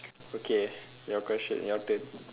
okay your question your turn